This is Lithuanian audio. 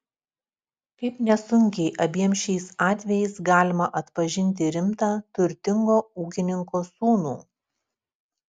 kaip nesunkiai abiem šiais atvejais galima atpažinti rimtą turtingo ūkininko sūnų